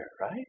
right